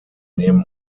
nehmen